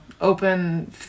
open